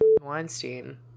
Weinstein